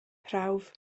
prawf